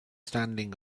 standing